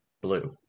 blue